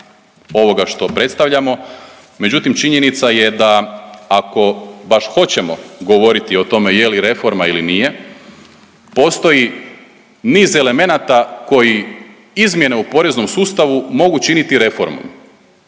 ovoga što predstavljamo međutim činjenica je da ako baš hoćemo govoriti o tome je li reforma ili nije postoji niz elemenata koji izmjene u poreznom sustavu mogu činiti reformom.